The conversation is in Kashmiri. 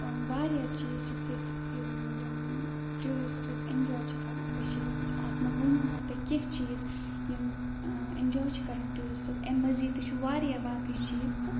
ٲں واریاہ چیٖز چھِ تِتھۍ یِم یِم ٹیوٗرِسٹٕز ایٚنجواے چھِ کَران کٔشیٖر منٛز اَتھ منٛز ووٚنمیٚو مےٚ تۄہہِ کیٚنٛہہ چیٖز یِم ٲں ایٚنجواے چھِ کَران ٹیوٗرِسٹٕز امہِ مٔزیٖد تہِ چھِ واریاہ باقٕے چیٖز تہٕ